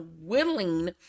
willing